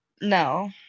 no